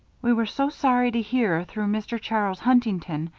we were so sorry to hear, through mr. charles huntington,